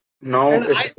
now